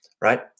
Right